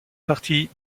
partie